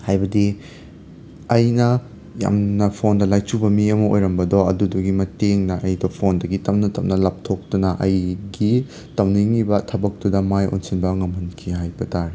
ꯍꯥꯏꯕꯗꯤ ꯑꯩꯅ ꯌꯥꯝꯅ ꯐꯣꯟꯗ ꯂꯥꯏꯆꯨꯕ ꯃꯤ ꯑꯃ ꯑꯣꯏꯔꯝꯕꯗꯣ ꯑꯗꯨꯗꯨꯒꯤ ꯃꯇꯦꯡꯅ ꯑꯩꯗꯣ ꯐꯣꯟꯗꯒꯤ ꯇꯞꯅ ꯇꯞꯅ ꯂꯥꯞꯊꯣꯛꯇꯨꯅ ꯑꯩꯒꯤ ꯇꯧꯅꯤꯡꯏꯕ ꯊꯕꯛꯇꯨꯗ ꯃꯥꯏ ꯑꯣꯟꯁꯤꯟꯕ ꯉꯝꯍꯟꯈꯤ ꯍꯥꯏꯕ ꯇꯥꯔꯦ